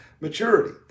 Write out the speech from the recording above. maturity